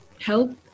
help